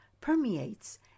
permeates